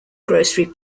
grocery